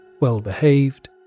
well-behaved